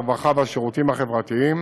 הרווחה והשירותים החברתיים